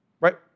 right